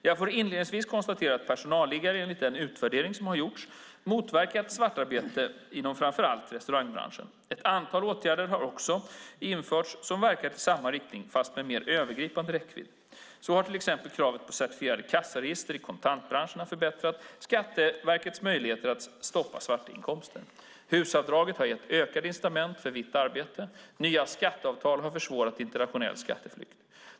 Jag får inledningsvis konstatera att personalliggarna enligt den utvärdering som har gjorts motverkat svartarbete inom framför allt restaurangbranschen. Ett antal andra åtgärder har också införts som verkat i samma riktning, fast med en mer övergripande räckvidd. Så har till exempel kravet på certifierade kassaregister i kontantbranscherna förbättrat Skatteverkets möjligheter att stoppa svarta inkomster. HUS-avdraget har gett ökade incitament för vitt arbete. Nya skatteavtal har försvårat internationell skatteflykt.